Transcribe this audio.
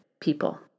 people